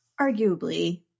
Arguably